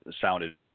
sounded